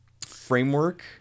framework